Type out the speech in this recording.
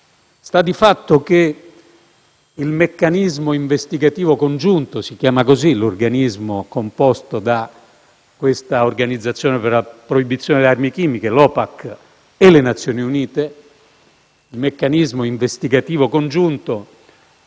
Sta di fatto che il meccanismo investigativo congiunto (si chiama così l'organismo composto dall'Organizzazione per la proibizione delle armi chimiche, l'OPAC, e le Nazioni Unite) ha asseverato che in